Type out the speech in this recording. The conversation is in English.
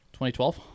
2012